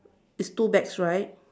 it's two bags right